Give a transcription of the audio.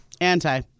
Anti